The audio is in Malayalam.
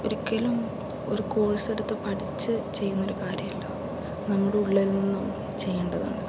ഒരിക്കലും ഒരു കോഴ്സെടുത്ത് പഠിച്ച് ചെയ്യുന്നൊരു കാര്യമല്ല നമ്മുടെ ഉള്ളിൽ നിന്നും ചെയ്യേണ്ടതാണ്